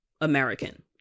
American